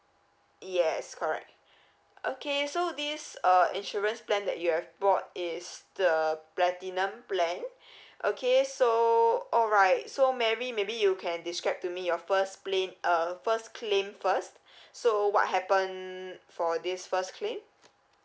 yes correct okay so this uh insurance plan that you had bought is the platinum plan okay so alright so mary maybe you can describe to me your first plan uh first claim first so what happen for this first claim